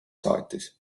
saatis